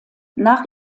nach